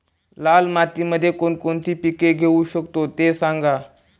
लाल मातीमध्ये कोणकोणती पिके घेऊ शकतो, ते सांगा